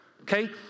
Okay